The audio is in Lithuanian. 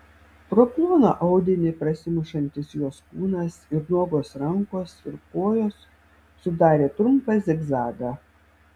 pro ploną audinį prasimušantis jos kūnas ir nuogos rankos ir kojos sudarė trumpą zigzagą